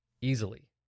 easily